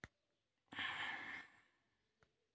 येक इक्विटी धारकच येक शेयरधारक रहास